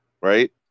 right